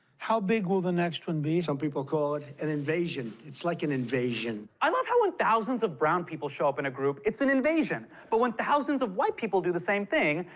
how big will the next one be? some people call it an invasion. it's like an invasion. i love how when thousands of brown people show up in a group, it's an invasion, but when thousands of white people do the same thing,